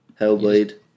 Hellblade